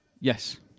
Yes